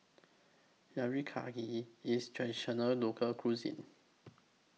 Teriyaki IS Traditional Local Cuisine